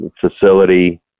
facility